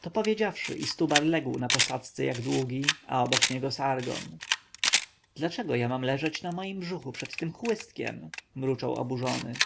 to powiedziawszy istubar legł na posadzce jak długi a obok niego sargon dlaczego ja mam leżeć na moim brzuchu przed tym chłystkiem mruczał oburzony